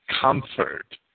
comfort